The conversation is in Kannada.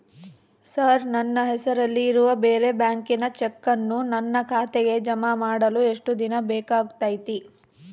ಸರ್ ನನ್ನ ಹೆಸರಲ್ಲಿ ಇರುವ ಬೇರೆ ಬ್ಯಾಂಕಿನ ಚೆಕ್ಕನ್ನು ನನ್ನ ಖಾತೆಗೆ ಜಮಾ ಮಾಡಲು ಎಷ್ಟು ದಿನ ಬೇಕಾಗುತೈತಿ?